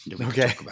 Okay